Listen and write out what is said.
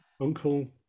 Uncle